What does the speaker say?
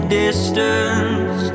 distance